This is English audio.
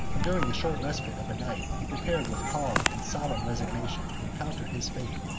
and, during the short respite of a night, he prepared with calm and solemn resignation to encounter his fate.